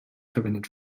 verwendet